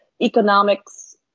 economics